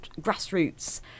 Grassroots